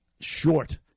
short